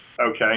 Okay